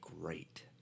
great